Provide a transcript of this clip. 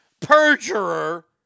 Perjurer